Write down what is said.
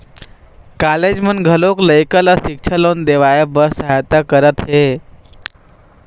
college मन घलोक लइका ल सिक्छा लोन देवाए बर सहायता करत हे